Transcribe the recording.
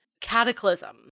cataclysm